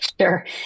sure